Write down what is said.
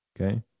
Okay